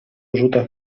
rzutach